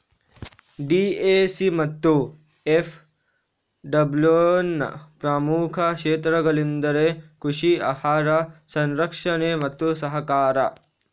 DAC ಮತ್ತು ಎಫ್.ಡಬ್ಲ್ಯೂನ ಪ್ರಮುಖ ಕ್ಷೇತ್ರಗಳೆಂದರೆ ಕೃಷಿ, ಆಹಾರ ಸಂರಕ್ಷಣೆ ಮತ್ತು ಸಹಕಾರ